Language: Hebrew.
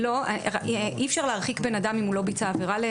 אי אפשר להרחיק אדם אם הוא לא ביצע עבירה.